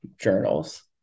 journals